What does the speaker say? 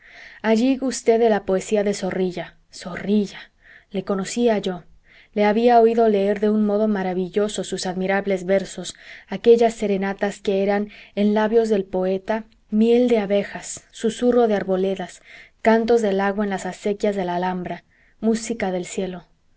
allí gusté de la poesía de zorrilla zorrilla le conocía yo le había oído leer de un modo maravilloso sus admirables versos aquellas serenatas que eran en labios del poeta miel de abejas susurro de arboledas cantos del agua en las acequias de la alhambra música del cielo